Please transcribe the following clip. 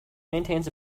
maintains